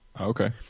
Okay